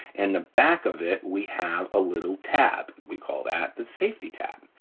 in the back of it we have a little tab. we call that the safety tab,